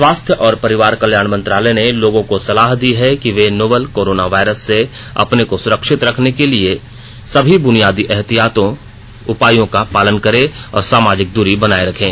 स्वास्थ्य और परिवार कल्याण मंत्रालय ने लोगों को सलाह दी है कि वे नोवल कोरोना वायरस से अपने को सुरक्षित रखने के लिए सभी बुनियादी एहतियाती उपायों का पालन करें और सामाजिक दूरी बनाए रखें